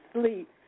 sleep